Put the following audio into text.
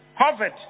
COVID